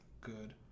Good